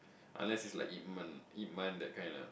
unless it's like I_P-Man I_P-Man that kind ah